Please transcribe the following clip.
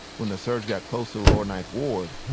when the surge got close to the lower ninth ward,